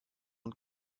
und